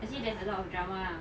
actually there's a lot of drama ah